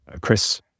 Chris